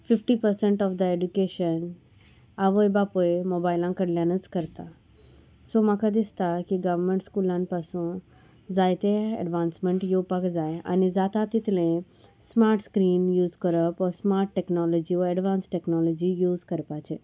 fifty percent of the education आवय बापूय मोबायला कडल्यानच करता सो म्हाका दिसता की गव्हर्मेंट स्कुलान पासून जायते एडवांसमेंट येवपाक जाय आनी जाता तितलें स्मार्ट स्क्रीन यूज करप वा स्मार्ट टॅक्नोलॉजी वा एडवांस टॅक्नोलॉजी यूज करपाचे